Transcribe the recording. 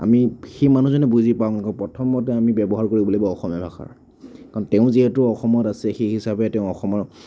আমি সেই মানুহজনে বুজি পাওক নাপাওক প্ৰথমতে আমি ব্যৱহাৰ কৰিব লাগিব অসমীয়া ভাষাৰ কাৰণ তেওঁ যিহেতু অসমত আছে সেই হিচাপে তেওঁ অসমত